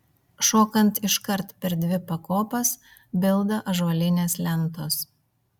šokant iškart per dvi pakopas bilda ąžuolinės lentos